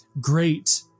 great